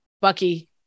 Bucky